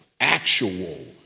actual